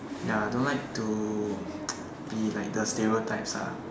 ya I don't like to be like the stereotypes ah